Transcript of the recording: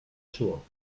suor